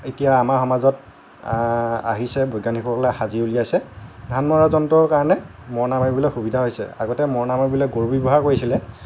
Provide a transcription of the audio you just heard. এতিয়া আমাৰ সমাজত আহিছে বৈজ্ঞানিকসকলে সাজি উলিয়াইছে ধান মৰা যন্ত্ৰৰ কাৰণে মৰণা মাৰিবলৈ সুবিধা হৈছে আগতে মৰণা মাৰিবলৈ গৰু ব্যৱহাৰ কৰিছিলে